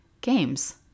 games